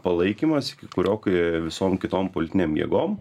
palaikymas iki kurio kai visom kitom politinėm jėgom